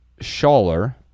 Schaller